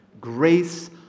Grace